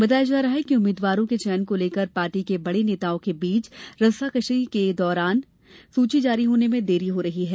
बताया जाता है कि उम्मीदवारों के चयन को लेकर पार्टी के बड़े नेताओं के बीच रस्साकसी के कारण सूची जारी करने में देर हो रही है